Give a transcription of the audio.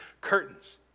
curtains